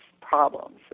problems